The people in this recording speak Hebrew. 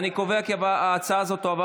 50. אני קובע כי ההצעה הזאת אושרה,